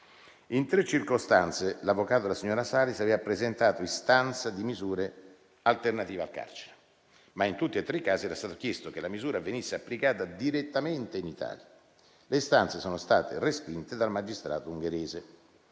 In tre circostanze l'avvocato della signora Saris aveva presentato istanza di misure alternative al carcere, ma in tutti e tre i casi era stato chiesto che la misura venisse applicata direttamente in Italia. Le istanze sono state respinte dal magistrato ungherese.